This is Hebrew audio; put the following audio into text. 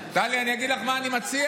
טלי, אני אגיד לך מה אני מציע.